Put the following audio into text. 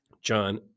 John